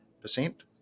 percent